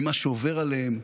ממה שעובר עליהם,